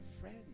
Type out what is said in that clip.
friends